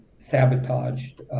sabotaged